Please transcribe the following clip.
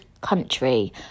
country